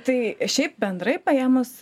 tai šiaip bendrai paėmus